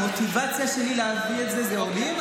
המוטיבציה שלי להביא את זה היא עולים,